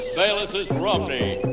bailyses romney,